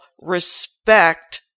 respect